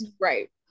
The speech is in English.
right